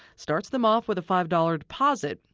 starts them off with a five dollars deposit,